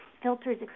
filters